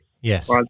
Yes